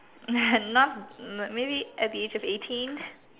not maybe at the age of eighteen